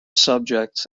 subjects